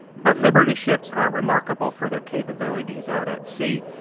but liberty ships aren't remarkable for their capabilities out at sea.